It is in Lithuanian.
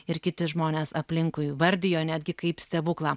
ir kiti žmonės aplinkui vardijo netgi kaip stebuklą